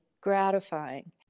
gratifying